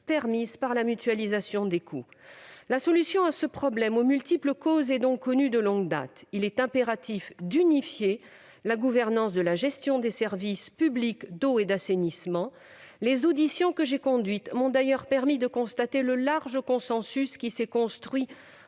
permises par la mutualisation des coûts. La solution à ce problème aux multiples causes est donc connue de longue date : il est impératif d'unifier la gouvernance de la gestion des services publics d'eau et d'assainissement. Les auditions que j'ai conduites m'ont d'ailleurs permis de constater le large consensus qui s'est construit